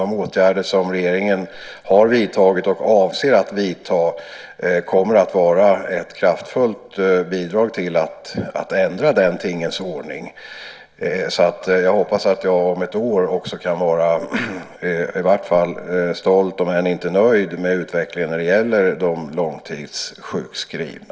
De åtgärder som regeringen har vidtagit och avser att vidta kommer att innebära ett kraftfullt bidrag till att ändra tingens ordning. Jag hoppas att jag om ett år också kan vara om inte nöjd så i varje fall stolt över utvecklingen när det gäller de långtidssjukskrivna.